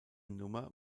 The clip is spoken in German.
nummer